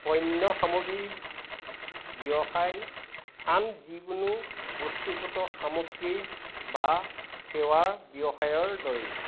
পণ্য সামগ্ৰীৰ ব্যৱসায় আন যিকোনো বস্তুগত সামগ্ৰী বা সেৱাৰ ব্যৱসায়ৰ দৰেই